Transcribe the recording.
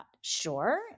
sure